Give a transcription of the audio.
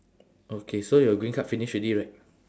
okay so your green card finish already right